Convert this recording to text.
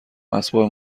اسباب